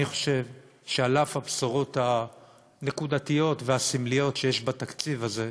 אני חושב שעל אף הבשורות הנקודתיות והסמליות שיש בתקציב הזה,